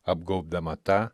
apgaubdama tą